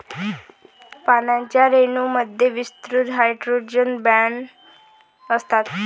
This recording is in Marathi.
पाण्याच्या रेणूंमध्ये विस्तृत हायड्रोजन बॉण्ड असतात